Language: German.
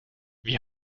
wie